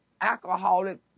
alcoholic